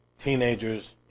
teenagers